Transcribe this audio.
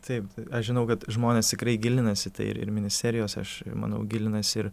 taip aš žinau kad žmonės tikrai gilinasi tai ir ministerijos aš manau gilinasi ir